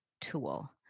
tool